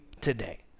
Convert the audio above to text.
today